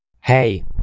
Hey